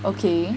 okay